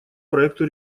проекту